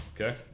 Okay